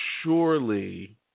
surely